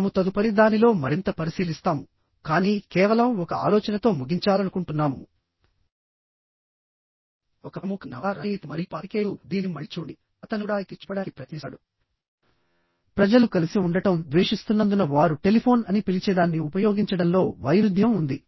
మనము తదుపరి దానిలో మరింత పరిశీలిస్తాముకానీ కేవలం ఒక ఆలోచనతో ముగించాలనుకుంటున్నాము ఒక ప్రముఖ నవలా రచయిత మరియు పాత్రికేయుడు దీనిని మళ్ళీ చూడండిఅతను కూడా ఎత్తి చూపడానికి ప్రయత్నిస్తాడు ప్రజలు కలిసి ఉండటం ద్వేషిస్తున్నందున వారు టెలిఫోన్ అని పిలిచేదాన్ని ఉపయోగించడంలో వైరుధ్యం ఉంది